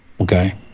Okay